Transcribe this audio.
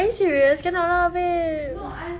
are you serious cannot lah babe